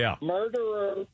Murderer